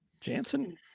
Jansen